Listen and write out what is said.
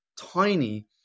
tiny